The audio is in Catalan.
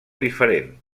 diferent